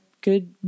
good